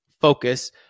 focus